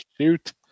shoot